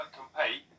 compete